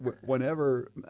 whenever